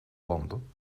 landen